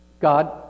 God